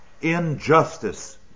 injustice